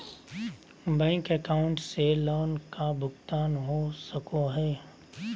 Bank account से loan का भुगतान हो सको हई?